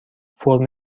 فرم